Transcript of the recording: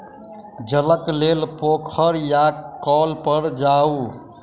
जलक लेल पोखैर या कौल पर जाऊ